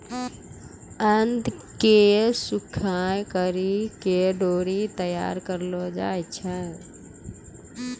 आंत के सुखाय करि के डोरी तैयार करलो जाय छै